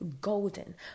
golden